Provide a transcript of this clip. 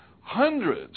hundreds